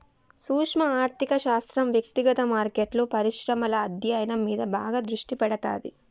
సూక్శ్మ ఆర్థిక శాస్త్రం వ్యక్తిగత మార్కెట్లు, పరిశ్రమల అధ్యయనం మీద బాగా దృష్టి పెడతాది